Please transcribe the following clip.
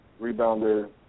rebounder